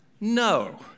No